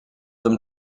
them